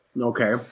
Okay